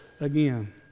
again